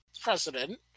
president